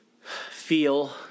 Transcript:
feel